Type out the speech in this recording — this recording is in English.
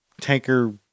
tanker